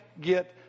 get